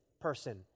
person